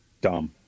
dumb